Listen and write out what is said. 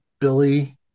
Billy